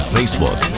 Facebook